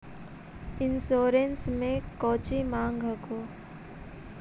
Insurance मे कौची माँग हको?